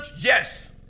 Yes